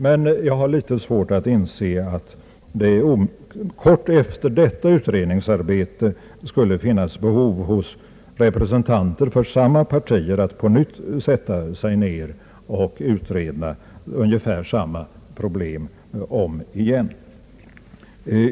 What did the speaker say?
Men jag har litet svårt att inse att kort tid efter detta utredningsarbete behov skulle föreligga hos representanter för samma partier att på nytt utreda ungefär samma problem om igen.